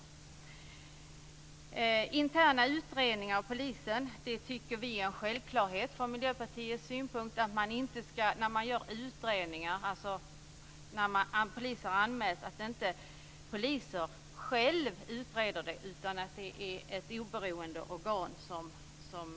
När det gäller interna utredningar av polisen tycker vi i Miljöpartiet att det är en självklarhet att det, när utredningar görs då poliser anmälts, inte är poliser som utreder, utan att ett oberoende organ gör det.